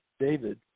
David